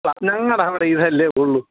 ഞങ്ങളുടെ അവിടെ ഇതല്ലേ ഉള്ളൂ